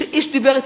מבלי שאיש דיבר אתם,